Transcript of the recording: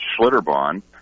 Schlitterbahn